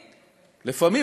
לפעמים,